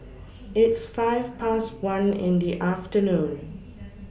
its five Past one in The afternoon